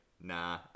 nah